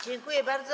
Dziękuję bardzo.